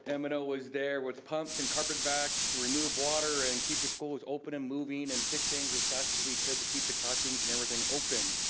umina was there was pumps and carpet bags to remove water and keep the schools open and moving and fix things as fast as we could to keep the classrooms and everything open.